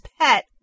pet